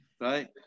right